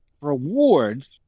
rewards